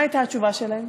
מה הייתה התשובה שלהם?